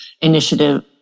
initiative